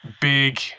big